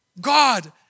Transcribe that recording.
God